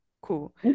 cool